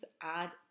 add